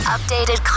Updated